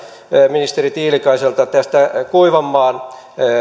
ministeri tiilikaiselta tästä kuivanmaan